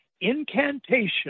incantation